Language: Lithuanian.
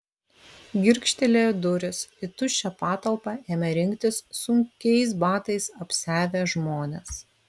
girgžtelėjo durys į tuščią patalpą ėmė rinktis sunkiais batais apsiavę žmonės